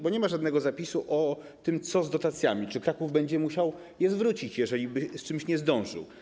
Bo nie ma żadnego zapisu o tym, co będzie z dotacjami, czy Kraków będzie musiał je zwrócić, jeżeliby z czymś nie zdążył.